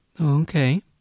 Okay